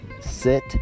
sit